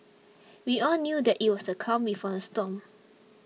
we all knew that it was the calm before the storm